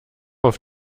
auf